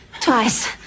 twice